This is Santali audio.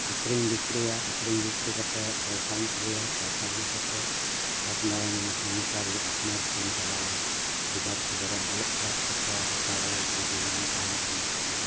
ᱟᱹᱠᱷᱨᱤᱧ ᱵᱤᱠᱨᱚᱭᱟ ᱟᱹᱠᱷᱟᱨᱤᱧ ᱵᱤᱠᱨᱚᱭ ᱠᱟᱛᱮᱫ ᱯᱚᱭᱥᱟᱢ ᱟᱹᱜᱩᱭᱟ ᱯᱚᱭᱥᱟ ᱟᱹᱜᱩ ᱠᱟᱛᱮᱫ ᱟᱯᱱᱟᱨ ᱥᱚᱝᱥᱟᱨᱤ ᱟᱯᱱᱟᱨ ᱛᱮᱢ ᱪᱟᱞᱟᱣᱟ ᱜᱤᱫᱟᱹᱨ ᱯᱤᱫᱟᱹᱨᱮᱢ ᱚᱞᱚᱜ ᱯᱟᱲᱦᱟᱣ ᱦᱚᱪᱚ ᱠᱚᱣᱟ ᱫᱟᱲᱮ ᱡᱩᱫᱤ ᱵᱟᱝ ᱛᱟᱦᱮᱱᱟ ᱢᱮᱱᱠᱷᱟᱱ ᱫᱚ